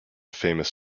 famous